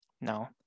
No